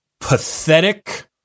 pathetic